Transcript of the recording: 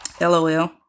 LOL